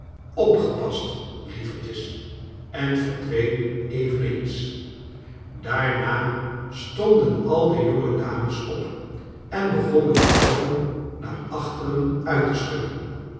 opgepast lievertjes en verdween eveneens daarna stonden al de jonge dames op en begonnen de rokken naar achteren uit te schudden